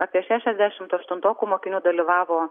apie šešiasdešimt aštuntokų mokinių dalyvavo